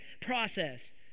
process